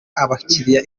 abakiriya